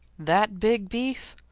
that big beef!